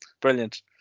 Brilliant